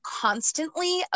constantly